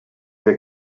wir